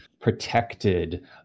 protected